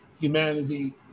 humanity